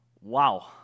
wow